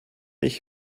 ich